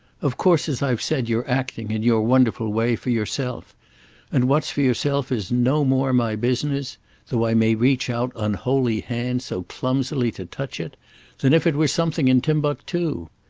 of course, as i've said, you're acting, in your wonderful way, for yourself and what's for yourself is no more my business though i may reach out unholy hands so clumsily to touch it than if it were something in timbuctoo.